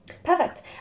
Perfect